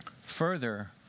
Further